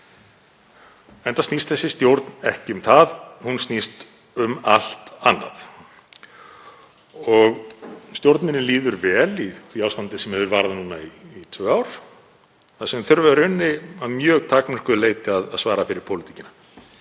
Enda snýst þessi stjórn ekki um það. Hún snýst um allt annað. Og stjórninni líður vel í því ástandi sem hefur varað núna í tvö ár þar sem hún þarf í rauninni að mjög takmörkuðu leyti að svara fyrir pólitíkina.